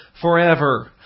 forever